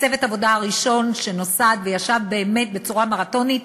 צוות העבודה הראשון שנוסד וישב באמת בצורה מרתונית,